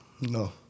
No